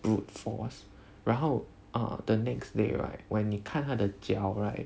brute force 然后 err the next day right when 你看她的脚 right